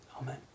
amen